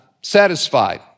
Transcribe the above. satisfied